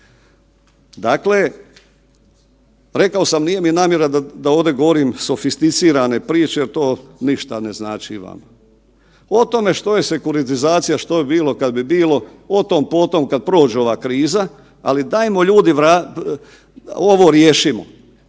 Dakle, rekao sam nije mi namjera da ovdje govorim sofisticirane priče jer to ništa ne znači vama. O tome što je sekuritizacija, što bi bilo kad bi bilo, o tom po tom, kad prođe ova kriza, ali dajmo ljudi ovo riješimo.